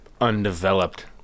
undeveloped